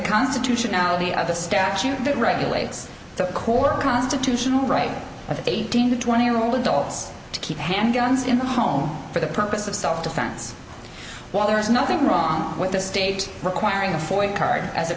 constitutionality of the statute that regulates the core constitutional right of eighteen to twenty year old adults to keep handguns in the home for the purpose of self defense while there is nothing wrong with the state requiring a foid card as a